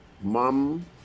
Mom